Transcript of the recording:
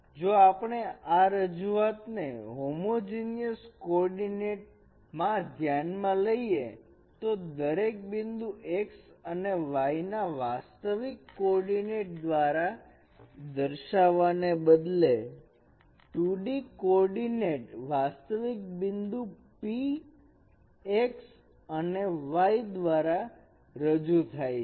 જો આપણે આ રજૂઆત ને હોમોજીનીયસ કોર્ડીનેટ માં ધ્યાન માં લઈએ તો દરેક બિંદુ x અને y ના વાસ્તવિક કોર્ડીનેટ દ્વારા દર્શાવવાને બદલે 2d કોર્ડીનેટ વાસ્તવિક બિંદુ p x અને y દ્વારા રજુ થાય છે